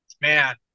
man